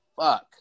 fuck